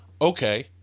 Okay